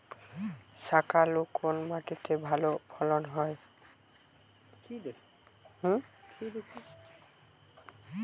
শাকালু কোন মাটিতে ভালো ফলন হয়?